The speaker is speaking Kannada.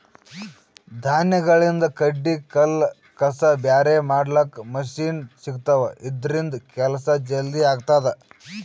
ಧಾನ್ಯಗಳಿಂದ್ ಕಡ್ಡಿ ಕಲ್ಲ್ ಕಸ ಬ್ಯಾರೆ ಮಾಡ್ಲಕ್ಕ್ ಮಷಿನ್ ಸಿಗ್ತವಾ ಇದ್ರಿಂದ್ ಕೆಲ್ಸಾ ಜಲ್ದಿ ಆಗ್ತದಾ